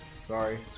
Sorry